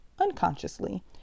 unconsciously